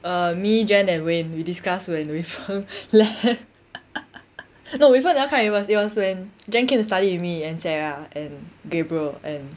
uh me jen and wayne we discuss when wei feng left no wei feng never come with us it was when jen came to study with me and sarah and gabriel and